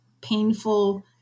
painful